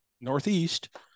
Northeast